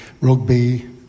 rugby